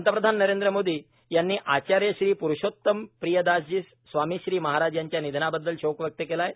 पंतप्रधान नरेंद्र मोदी यांनी आचार्य श्री प्रुषोतम प्रियदासजी स्वामीश्री महाराज यांच्या निधनाबददल शोक व्यक्त केला आहे